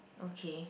okay